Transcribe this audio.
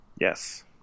Yes